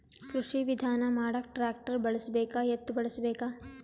ಕೃಷಿ ವಿಧಾನ ಮಾಡಾಕ ಟ್ಟ್ರ್ಯಾಕ್ಟರ್ ಬಳಸಬೇಕ, ಎತ್ತು ಬಳಸಬೇಕ?